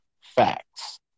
facts